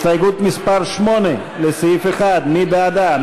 הסתייגות מס' 8 לסעיף 1, מי בעדה?